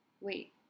wait